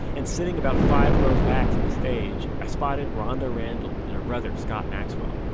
and sitting about five rows back from the stage, i spotted ronda randall and her brother scott maxwell.